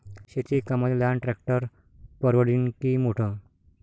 शेती कामाले लहान ट्रॅक्टर परवडीनं की मोठं?